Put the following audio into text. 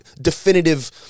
definitive